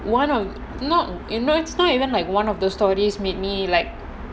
one or not you know it's not even like one of those stories made me like